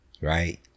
right